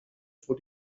vor